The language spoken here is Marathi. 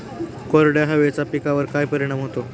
कोरड्या हवेचा पिकावर काय परिणाम होतो?